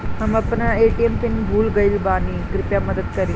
हम अपन ATM PIN भूल गएल बानी, कृपया मदद करीं